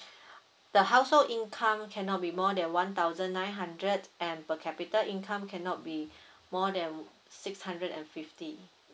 the household income cannot be more than one thousand nine hundred and per capita income cannot be more than six hundred and fifty